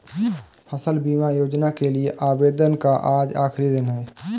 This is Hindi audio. फसल बीमा योजना के लिए आवेदन का आज आखरी दिन है